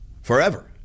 forever